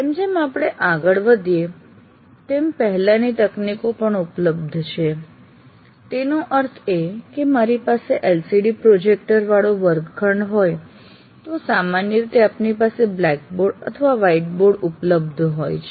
જેમજેમ આપણે આગળ વધીએ તેમ પહેલાની તકનીકો પણ ઉપલબ્ધ છે તેનો અર્થ એ છે કે મારી પાસે LCD પ્રોજેક્ટર વાળો વર્ગખંડ હોય તો સામાન્ય રીતે આપની પાસે બ્લેક બોર્ડ અથવા વ્હાઇટ બોર્ડ ઉપલબ્ધ હોય છે